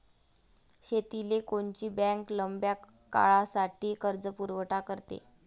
शेतीले कोनची बँक लंब्या काळासाठी कर्जपुरवठा करते?